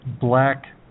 black